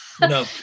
No